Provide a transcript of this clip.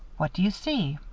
what do you see?